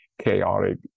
chaotic